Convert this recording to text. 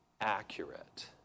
accurate